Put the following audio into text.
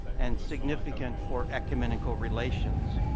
and significant for ecumenical relations.